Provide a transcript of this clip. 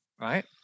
right